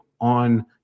on